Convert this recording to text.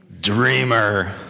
dreamer